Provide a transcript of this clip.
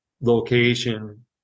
location